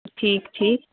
ٹھیٖک ٹھیٖک